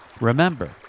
Remember